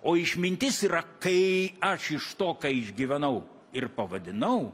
o išmintis yra kai aš iš to ką išgyvenau ir pavadinau